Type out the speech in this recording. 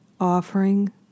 offering